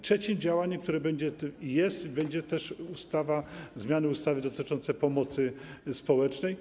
Trzecim działaniem, które będzie i jest, będzie też zmiana ustawy dotyczącej pomocy społecznej.